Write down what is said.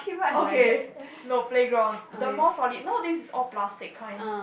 okay no playground the more solid no this is all plastic kind